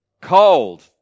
cold